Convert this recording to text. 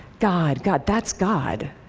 god, god. that's god,